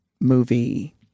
movie